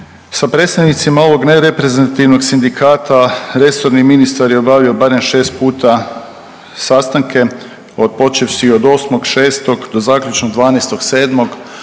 sa predstavnicima ovog nereprezentativnog sindikata resorni ministar je obavio barem šest puta sastanke od počevši od 8.6. do zaključno 12.7.,